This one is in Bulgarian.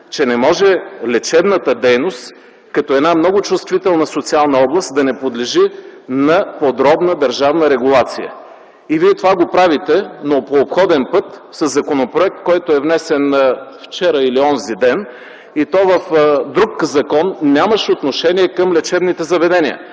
че не може лечебната дейност като много чувствителна социална област да не подлежи на подробна държавна регулация. И вие това го правите, но по обходен път - със законопроект, който е внесен вчера или онзи ден, и то в друг закон, нямащ отношение към лечебните заведения,